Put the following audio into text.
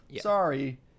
sorry